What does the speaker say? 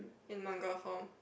in manga form